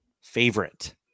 favorite